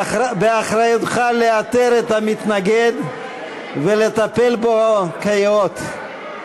באחריותך לאתר את המתנגד ולטפל בו כיאות.